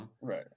right